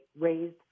raised